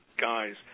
guys